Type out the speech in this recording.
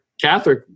Catholic